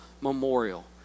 memorial